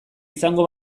izango